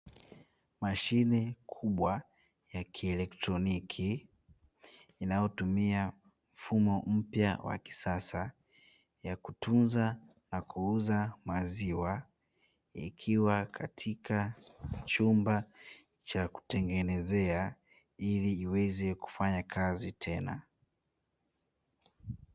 Mashine kubwa ya kielektroniki inayotumia mfumo mpya wa kisasa, ya kutunza na kuuza maziwa, ikiwa katika chumba cha kutengenezea, ili iweze kufanya kazi tena.